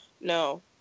No